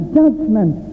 judgment